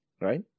right